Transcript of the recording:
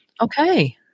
Okay